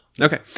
Okay